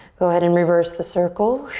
go ahead and reverse the circle.